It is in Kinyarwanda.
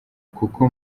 kuko